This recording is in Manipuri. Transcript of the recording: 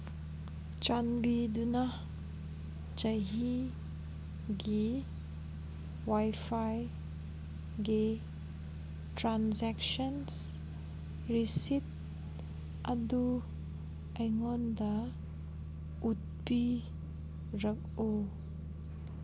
ꯆꯥꯟꯕꯤꯗꯨꯅ ꯆꯍꯤꯒꯤ ꯋꯥꯏꯐꯥꯏꯒꯤ ꯇ꯭ꯔꯥꯟꯖꯦꯛꯁꯟꯁ ꯔꯤꯁꯤꯞ ꯑꯗꯨ ꯑꯩꯉꯣꯟꯗ ꯎꯠꯄꯤꯔꯛꯎ